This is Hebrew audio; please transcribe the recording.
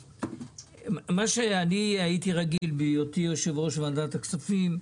מה שאני הייתי רגיל בהיותי יושב ראש וועדת הכספים,